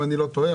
אם אני לא טועה,